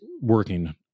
working